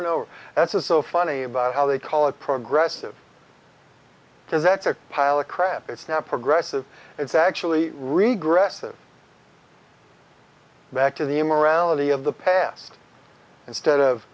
and over as is so funny about how they call it progressive because that's a pile of crap it's not progressive it's actually regress back to the immorality of the past instead of